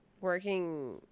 working